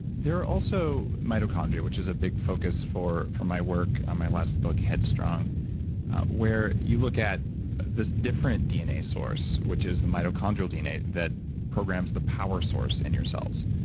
there are also mitochondria which is a big focus for for my work on my last book headstrong where you look at this different dna source which is the mitochondrial dna that programs the power source in your cells.